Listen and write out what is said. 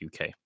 UK